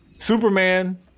Superman